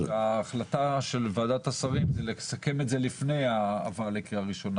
ההחלטה של ועדת השרים זה לסכם את זה לפני ההעברה לקריאה ראשונה.